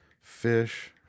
Fish